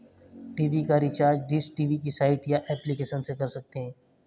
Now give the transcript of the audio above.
TV का recharge dish TV की site या एप्लीकेशन से कर सकते है